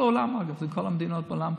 כל המדינות בעולם,